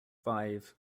five